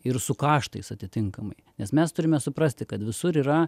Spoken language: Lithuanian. ir su kaštais atitinkamai nes mes turime suprasti kad visur yra